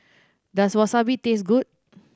does Wasabi taste good